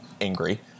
angry